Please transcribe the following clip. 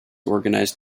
organized